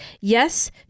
Yes